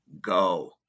go